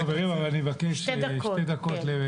אבל, חברים, אני מבקש, שתי דקות לח"כ.